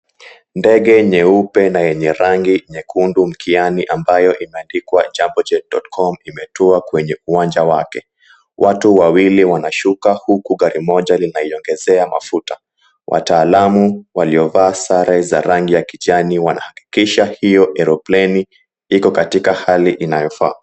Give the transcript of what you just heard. Ndege nyeupe na yenye rangi nyekundu mkiani ambayo imeandikwa Jambojet.com imetua kwenye uwanja wake. Watu wawili wanashuka huku gari moja linaiongezea mafuta. Wataalamu waliovaa sare za rangi ya kijani wanahakikisha hiyo eropleni iko katika hali inayofaa.